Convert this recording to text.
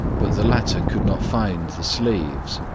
but the latter could not find the sleeves.